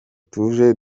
tuje